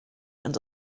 and